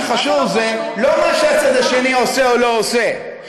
מה שחשוב זה לא מה שהצד השני עושה או לא עושה,